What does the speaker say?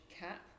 cap